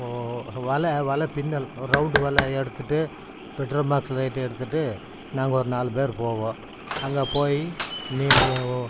வலை வலை பின்னல் ஒரு ரவுண்டு வலைய எடுத்துகிட்டு பெட்ரோமாக்ஸ் லைட்டு எடுத்துகிட்டு நாங்கள் ஒரு நாலு பேர் போவோம் அங்கே போய் மீன்